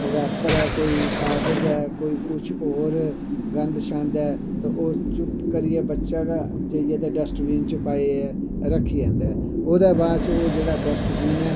wrapper ऐ कोई कागज़ ऐ कोई कुस होर गंद शंद ऐ ते ओह् चुप्प करियै बच्चा गै जाईयै ते डस्ट बीन च रखी आंदा ऐ ओह्दै बाद चओह् जेह्ड़ा डसटबीन ऐ